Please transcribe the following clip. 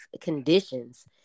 conditions